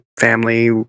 family